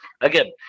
again